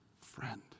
Friend